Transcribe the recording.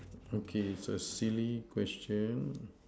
okay it's a silly question